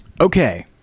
okay